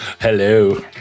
Hello